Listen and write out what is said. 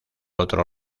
otro